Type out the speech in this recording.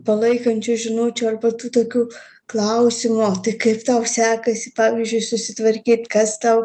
palaikančių žinučių arba tų tokių klausimų o tai kaip tau sekasi pavyzdžiui susitvarkyt kas tau